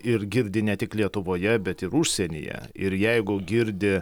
ir girdi ne tik lietuvoje bet ir užsienyje ir jeigu girdi